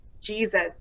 jesus